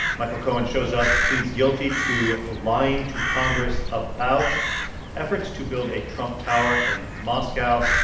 michael cohen shows up, pleads guilty to ah lying to congress about efforts to build a trump tower in moscow.